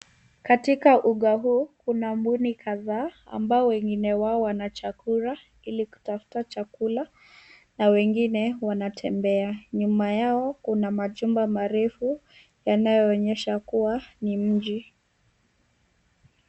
Katika uga huu kuna mbuni kadhaa ambao wengine wao wanachakura hili kutafuta chakula na wengine wanatembea. Nyuma yao kuna majumba marefu yanayoonyesha kuwa ni mji.